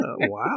Wow